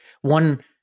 one